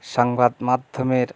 সংবাদ মাধ্যমের